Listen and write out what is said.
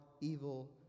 evil